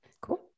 cool